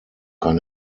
kann